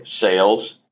sales